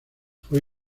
fue